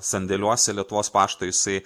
sandėliuose lietuvos pašto jisai